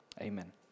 amen